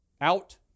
out